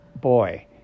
Boy